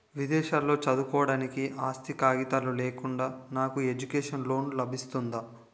విదేశాలలో చదువుకోవడానికి ఆస్తి కాగితాలు లేకుండా నాకు ఎడ్యుకేషన్ లోన్ లబిస్తుందా?